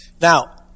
Now